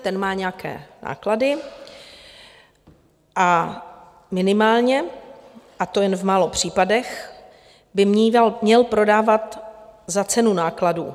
Ten má nějaké náklady a minimálně, a to jen v málo případech, by měl prodávat za cenu nákladů.